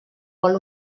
vol